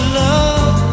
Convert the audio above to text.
love